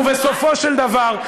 ובסופו של דבר,